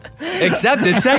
Accepted